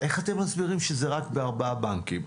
אז איך אתם מסבירים שזה רק בארבעה בנקים?